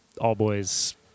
all-boys